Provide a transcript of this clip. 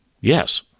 yes